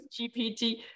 GPT